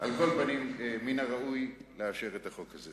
על כל פנים, מן הראוי לאשר את החוק הזה.